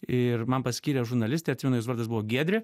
ir man paskyrė žurnalistę atsimenu jos vardas buvo giedrė